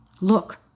Look